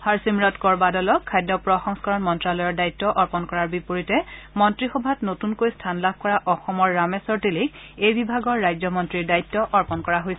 হৰসিমৰৎ কৌৰ বাদলক খাদ্য প্ৰসংস্কৰণ মন্ত্ৰায়ৰ দায়িত্ব অৰ্পণ কৰাৰ বিপৰীতে মন্ত্ৰীসভাত নতুনকৈ স্থান লাভ কৰা অসমৰ ৰামেশ্বৰ তেলীক এই বিভাগৰ ৰাজ্যমন্ত্ৰীৰ দায়িত্ব অৰ্পণ কৰা হৈছে